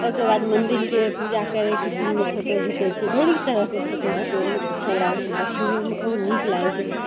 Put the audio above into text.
ओहिके बाद मन्दिरके पूजा करैके सीनमे फोटो घिचै छिए ढेरिक तरहसे फोटो घिचैमे अच्छा लागै छै देखैओमे आओर नीक लागै छै